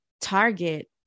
target